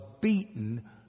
beaten